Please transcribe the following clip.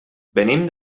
venim